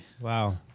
Wow